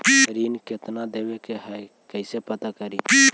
ऋण कितना देवे के है कैसे पता करी?